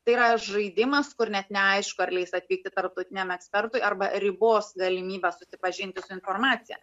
tai yra žaidimas kur net neaišku ar leis atvykti tarptautiniam ekspertui arba ribos galimybę susipažinti su informacija